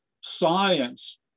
science